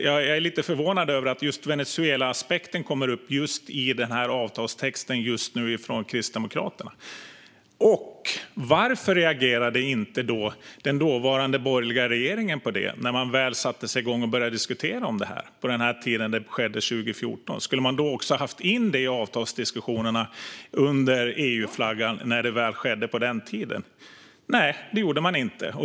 Jag är lite förvånad över att Venezuela kommer upp som en aspekt på avtalstexten från Kristdemokraterna just nu. Varför regerade inte den dåvarande borgerliga regeringen på det när man väl satte igång att diskutera detta? Det skedde 2014. Skulle man ha tagit in det i avtalsdiskussionerna under EU-flaggan på den tiden? Det gjorde man inte.